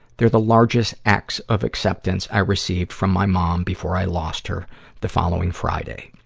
they're the largest acts of acceptance i received from my mom before i lost her the following friday.